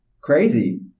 Crazy